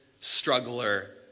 struggler